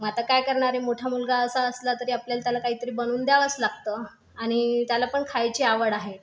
मग आता काय करणारे मोठा मुलगा असा असला तरी आपल्याला त्याला काहीतरी बनवून द्यावंच लागतं आणि त्याला पण खायची आवड आहे